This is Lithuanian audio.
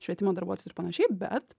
švietimo darbuotojus ir panašiai bet